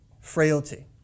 frailty